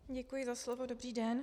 Děkuji za slovo, dobrý den.